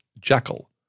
jackal